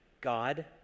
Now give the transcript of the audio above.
God